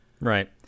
Right